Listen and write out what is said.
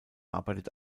arbeitet